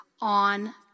on